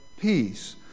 peace